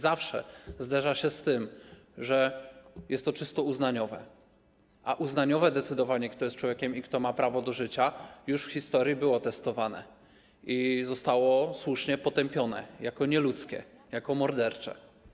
Zawsze zderza się z tym, że jest to czysto uznaniowe, a uznaniowe decydowanie, kto jest człowiekiem i kto ma prawo do życia, już w historii było testowane i zostało słusznie potępione jako nieludzkie, jako mordercze.